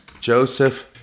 Joseph